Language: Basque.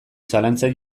zalantzan